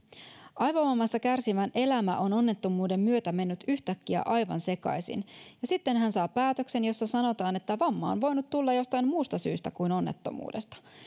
aivovammasta kärsivän elämä on onnettomuuden myötä mennyt yhtäkkiä aivan sekaisin ja sitten hän saa päätöksen jossa sanotaan että vamma on voinut tulla jostain muusta syystä kuin onnettomuudesta